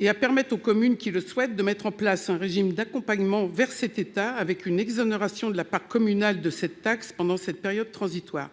et à permettre aux communes qui le souhaitent de mettre en place un régime d'accompagnement vers cet état en profitant d'une exonération de la part communale de cette taxe pendant cette période transitoire.